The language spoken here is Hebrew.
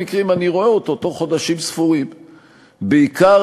לעשות רשימה קצרה?